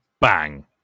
bang